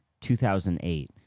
2008